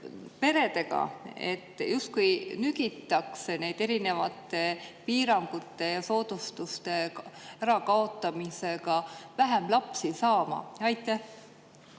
peredega, et justkui nügitakse neid erinevate piirangute ja soodustuste ärakaotamisega vähem lapsi saama? Aitäh,